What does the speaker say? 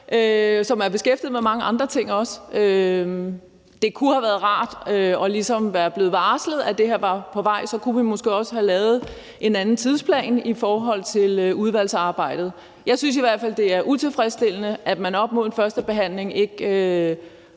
også er beskæftiget med mange andre ting. Det kunne have været rart ligesom at være blevet varslet om, at det her var på vej; så kunne vi måske også have lavet en anden tidsplan i forhold til udvalgsarbejdet. Jeg synes i hvert fald, at det er utilfredsstillende, at man op mod en førstebehandling ikke